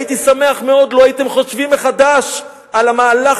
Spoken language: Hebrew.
הייתי שמח מאוד לו חשבתם מחדש על המהלך